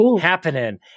happening